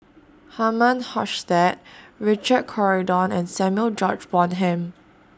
Herman Hochstadt Richard Corridon and Samuel George Bonham